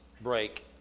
break